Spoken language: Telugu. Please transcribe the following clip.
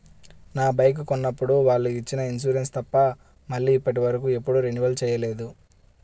నా బైకు కొన్నప్పుడు వాళ్ళు ఇచ్చిన ఇన్సూరెన్సు తప్ప మళ్ళీ ఇప్పటివరకు ఎప్పుడూ రెన్యువల్ చేయలేదు